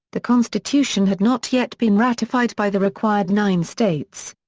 the constitution had not yet been ratified by the required nine states.